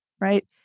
right